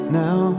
now